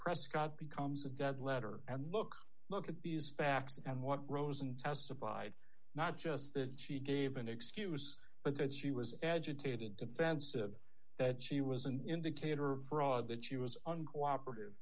prescott becomes a dead letter and look look at these facts and what rosen testified not just the she gave an excuse but that she was agitated and defensive that she was an indicator of fraud that she was uncooperative